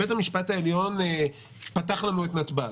בית המשפט העליון פתח לנו את נתב"ג.